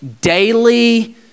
daily